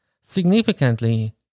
significantly